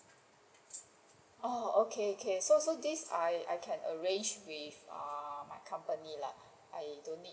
oh okay okay so so this I I can arrange with err my company lah I don't need